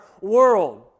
world